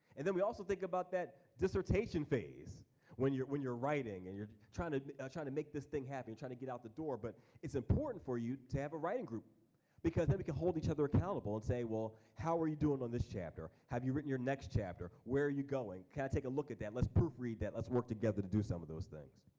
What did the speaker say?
and then we also think about that dissertation phase when you're writing and you're trying to trying to make this thing happen, trying to get out the door. but it's important for you to have a writing group because then we can hold each other accountable and say well how're you doing on this chapter? have you written your next chapter? where are you going? can i take a look at that? let's proofread that. let's work together to do some of those things.